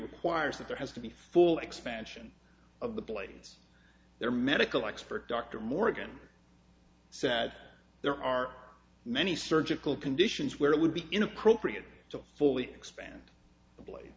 requires that there has to be full expansion of the blades their medical expert dr morgan said there are many surgical conditions where it would be inappropriate to fully expand the bla